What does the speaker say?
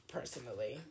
personally